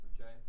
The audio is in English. Okay